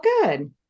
good